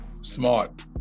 smart